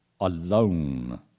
Alone